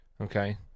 Okay